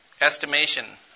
estimation